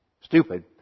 stupid